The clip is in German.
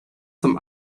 zum